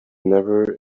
never